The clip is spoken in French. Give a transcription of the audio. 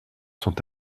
sont